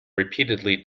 repeatedly